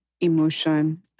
emotion